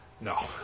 No